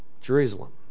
Jerusalem